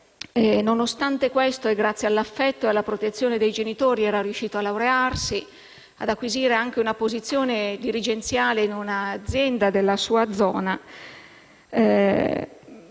Nonostante questo, grazie all'affetto e alla protezione dei genitori, era riuscito a laurearsi e ad acquisire anche una posizione dirigenziale in un'azienda della sua zona.